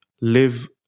live